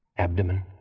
Abdomen